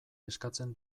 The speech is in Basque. eskatzen